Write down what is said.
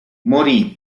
morì